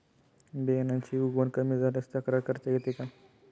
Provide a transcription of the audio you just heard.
बियाण्यांची उगवण कमी झाल्यास तक्रार करता येते का?